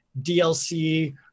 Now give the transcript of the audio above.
DLC